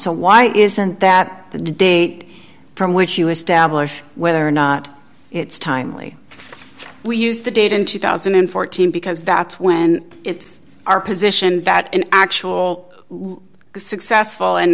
so why isn't that the date from which you establish whether or not it's timely we use the date in two thousand and fourteen because that's when it's our position that an actual successful and